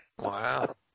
Wow